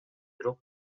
бирок